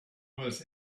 was